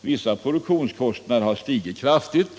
vissa produktionskostnader har stigit kraftigt.